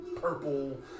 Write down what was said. purple